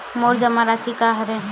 मोर जमा राशि का हरय?